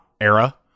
era